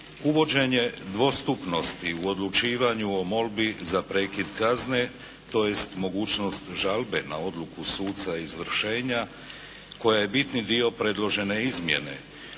Uvođenje dvostupnosti u odlučivanju o molbi za prekid kazne, tj. mogućnost žalbe na odluku suca izvršenja koja je bitni dio predložene izmjene,